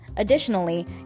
Additionally